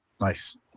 Nice